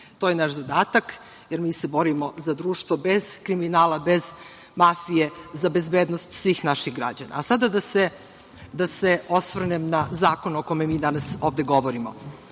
To je naš zadatak jer mi se borimo za društvo bez kriminala, bez mafije, za bezbednost svih naših građana. Sada da se osvrnem na zakon o kome mi danas ovde govorimo. Mi